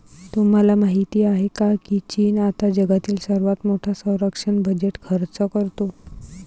तुम्हाला माहिती आहे का की चीन आता जगातील सर्वात मोठा संरक्षण बजेट खर्च करतो?